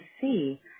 see